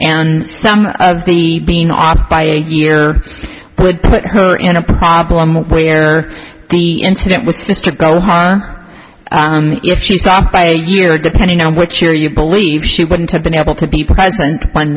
and some of the being off by a year would put her in a problem where the incident will go higher if she stopped by a year depending on what your you believe she wouldn't have been able to be present when